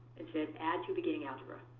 and said add to beginning algebra.